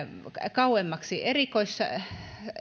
kauemmaksi erikoissairaalaan